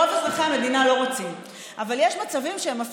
יש מצבים, מה יהיה, מה יהיה עם שבטים?